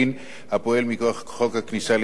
הפועל מכוח חוק הכניסה לישראל,